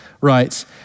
writes